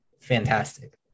fantastic